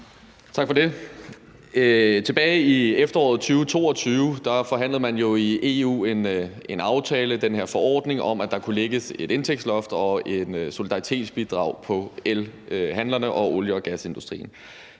Tak for det. Tilbage i efteråret 2022 forhandlede man jo i EU en aftale, altså den her forordning, om, at der kunne lægges et indtægtsloft og et solidaritetsbidrag på elhandlerne og olie- og gasindustrien.